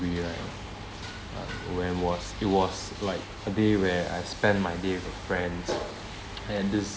angry right uh when was it was like a day where I spend my day with my friends and this